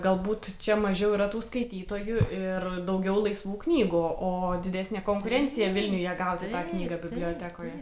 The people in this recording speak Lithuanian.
galbūt čia mažiau yra tų skaitytojų ir daugiau laisvų knygų o didesnė konkurencija vilniuje gauti tą knygą bibliotekoje